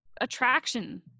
attraction